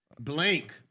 Blank